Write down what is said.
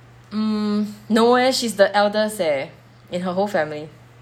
mm no eh she's the eldest leh in her whole family